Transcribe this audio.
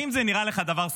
האם זה נראה לך דבר סביר?